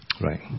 Right